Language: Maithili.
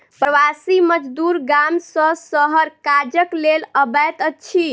प्रवासी मजदूर गाम सॅ शहर काजक लेल अबैत अछि